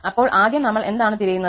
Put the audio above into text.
അപ്പോൾ ആദ്യം നമ്മൾ എന്താണ് തിരയുന്നത്